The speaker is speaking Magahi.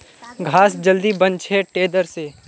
घास जल्दी बन छे टेडर से